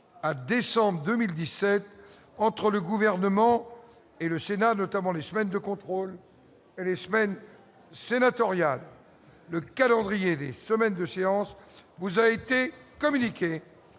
à décembre 2017 entre le Gouvernement et le Sénat- semaines de contrôle et semaines sénatoriales. Le calendrier des semaines de séance sera communiqué